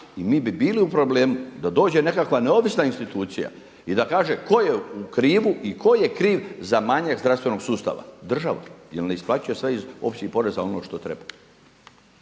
i mi bi bili u problemu da dođe nekakva neovisna institucija i da kaže tko je u krivu i i tko je kriv za manjak zdravstvenog sustava. Država, jer ne isplaćuje sve iz općih poreza ono što treba.